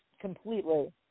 completely –